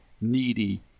needy